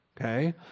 Okay